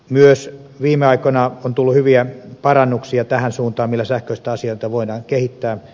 myös viime aikoina on tullut hyviä parannuksia tähän suuntaan millä sähköistä asiointia voidaan kehittää